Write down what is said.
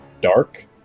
dark